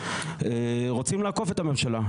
רוצים לעקוף את הממשלה.